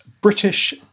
British